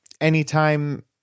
anytime